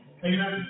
Amen